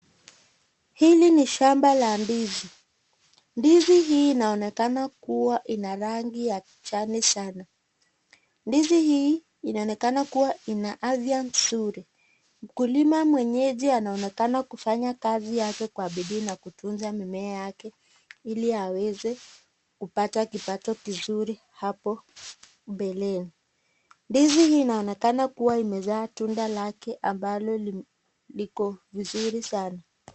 Hili ni shamba la ndizi ndizi hii inaonekana kuwa ina rangi ya kijani sana ndizi hii inaonekana kuwa ina afya nzuri. Mkulima mwenyeji anaokena kufanya kazi yake kwa bidii na kutunza mimea yake ili aweze kupata kipato kizuri hapo mbeleni ndizi hii inaonekana kuwa imezaa tunda lake ambalo liko vizuri sana.